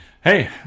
hey